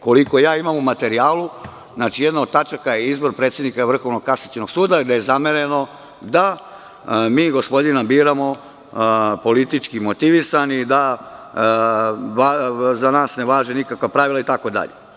Koliko ja imam u materiju, jedna od tačaka je izbor predsednika Vrhovnog kasacionog suda, gde je zamereno da mi gospodina biramo politički motivisani, da za nas ne važe nikakva pravila, itd.